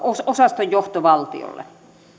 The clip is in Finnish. osaston johtovaltiolle